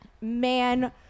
man